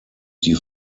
die